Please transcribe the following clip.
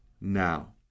now